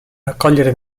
raccogliere